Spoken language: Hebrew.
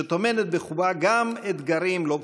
שטומנת בחובה גם אתגרים לא פשוטים.